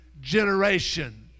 generation